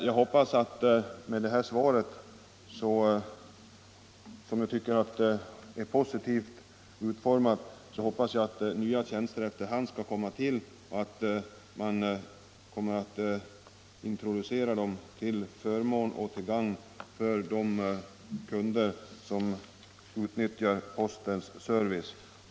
Jag hoppas med utgångspunkt i svaret, som jag tycker är positivt utformat, att nya tjänster efter hand skall introduceras till gagn för de människor som utnyttjar postens service.